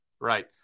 right